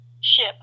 ship